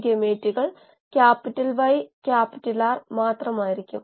വ്യാസം അനുപാതത്തിലേക്കുള്ള ഉയരം 1 ആയിരിക്കണം